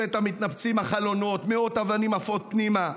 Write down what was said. לפתע מתנפצים החלונות, ומאות אבנים עפות פנימה.